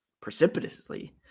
precipitously